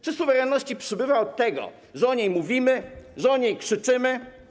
Czy suwerenności przybywa od tego, że o niej mówimy, że o niej krzyczymy?